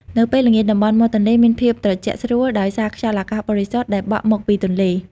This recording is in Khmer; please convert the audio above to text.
នៅពេលល្ងាច តំបន់មាត់ទន្លេមានភាពត្រជាក់ស្រួល ដោយសារខ្យល់អាកាសបរិសុទ្ធដែលបក់មកពីទន្លេ។